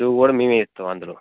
shoe కూడా మేము ఇస్తాం అందులో